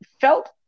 felt